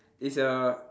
it's a